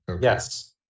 Yes